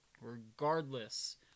regardless